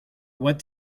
what